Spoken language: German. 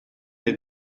der